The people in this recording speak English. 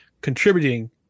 contributing